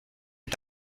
est